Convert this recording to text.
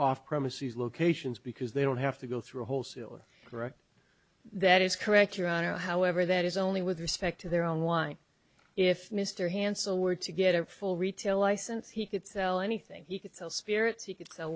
off premises locations because they don't have to go through wholesale or direct that is correct your honor however that is only with respect to their own wine if mr hansel were to get a full retail license he could sell anything he could sell spirits he could s